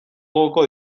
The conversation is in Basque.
gogoko